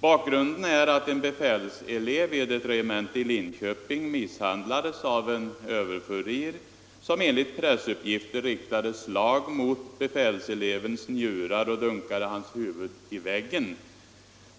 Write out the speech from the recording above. Bakgrunden är att en befälselev vid ett regemente i Linköping misshandlades av en överfurir, som enligt pressuppgifter riktat slag mot befälselevens njurar och dunkade hans huvud i väggen.